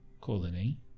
colony